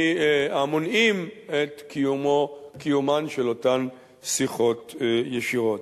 המונעים את קיומן של אותן שיחות ישירות.